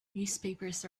newspapers